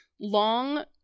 long